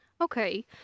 Okay